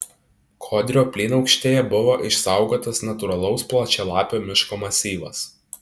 kodrio plynaukštėje buvo išsaugotas natūralaus plačialapio miško masyvas